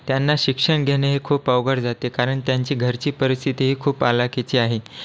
त्यांना शिक्षण घेणे हे खूप अवघड जाते कारण त्यांची घरची परिस्थिती ही खूप हलाखीची आहे